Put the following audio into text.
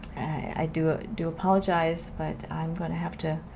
i do ah do apologize, but i'm going to have to